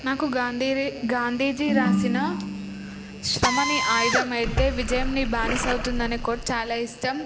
నాకు గాంధీజీ గాంధీజీ వ్రాసిన శ్రమ నీ ఆయుధం అయితే విజయం నీ బానిస అవుతుంది అనే కోట్ చాలా ఇష్టం